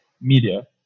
media